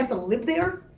and to live there?